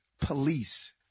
police